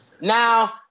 Now